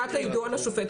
חובת יידוע לשופט.